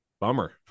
bummer